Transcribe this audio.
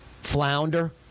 flounder